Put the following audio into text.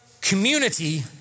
community